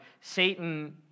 Satan